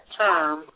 term